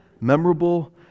memorable